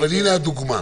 אבל הינה הדוגמה,